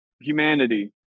humanity